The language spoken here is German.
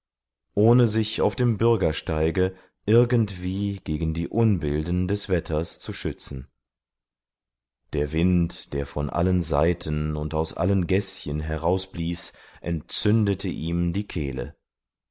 ohne sich auf dem bürgersteige irgendwie gegen die unbilden des wetters zu schützen der wind der von allen seiten und aus allen gäßchen herausblies entzündete ihm die kehle